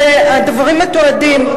הדברים מתועדים.